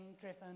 driven